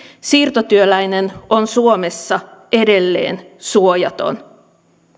siirtotyöläinen on suomessa edelleen suojaton